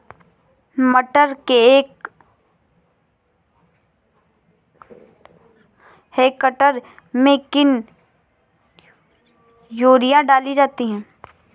मटर के एक हेक्टेयर में कितनी यूरिया डाली जाए?